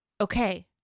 okay